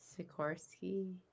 Sikorsky